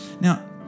Now